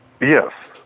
Yes